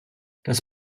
das